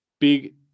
big